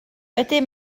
ydyn